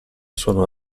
sono